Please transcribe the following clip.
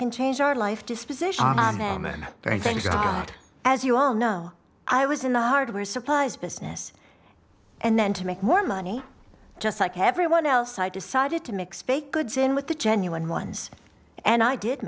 can change our life disposition them and there are things god as you all know i was in the hardware supplies business and then to make more money just like everyone else i decided to mix baked goods in with the genuine ones and i did